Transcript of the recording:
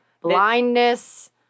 blindness